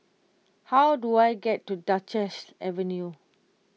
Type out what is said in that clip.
how do I get to Duchess Avenue